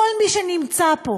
כל מי שנמצא פה